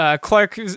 Clark